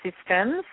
systems